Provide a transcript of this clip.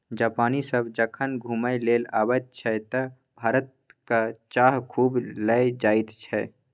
जापानी सभ जखन घुमय लेल अबैत छै तँ भारतक चाह खूब लए जाइत छै